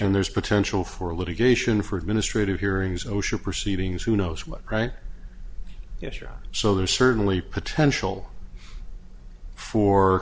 and there's potential for litigation for administrative hearings osha proceedings who knows what right yes sure so there's certainly potential for